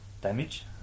Damage